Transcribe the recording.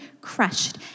crushed